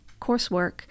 coursework